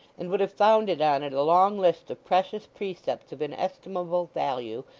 and would have founded on it a long list of precious precepts of inestimable value,